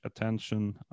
attention